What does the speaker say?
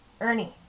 Ernie